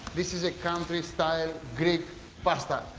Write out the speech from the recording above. this is ah country-style greek pasta,